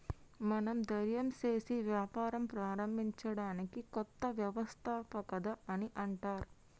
మనం ధైర్యం సేసి వ్యాపారం ప్రారంభించడాన్ని కొత్త వ్యవస్థాపకత అని అంటర్